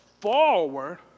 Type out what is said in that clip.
forward